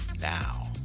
Now